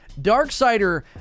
Darksider